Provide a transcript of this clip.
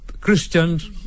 Christians